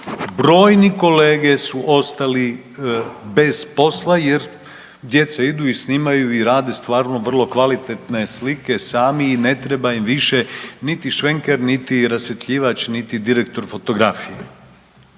Brojni kolege su ostali bez posla jer djeca idu i snimaju i rade stvarno vrlo kvalitetne slike sami i ne treba im više niti švenker niti rasvjetljivač niti direktor fotografije.